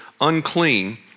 unclean